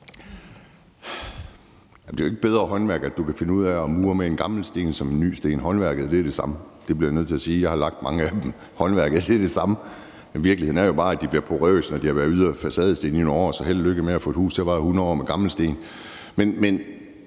Det er jo ikke bedre håndværk, at du kan finde ud af at mure med en gammel sten i forhold til en ny sten, for håndværket er det samme. Det bliver jeg nødt til at sige. Jeg har lagt mange af dem, og håndværket er det samme. Virkeligheden er jo bare, at de bliver porøse, når de har været ydre facadesten i nogle år, så held og lykke med at få et hus til at holde i 100 år med gamle sten.